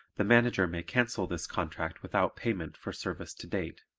the manager may cancel this contract without payment for service to date.